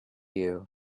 you